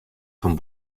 fan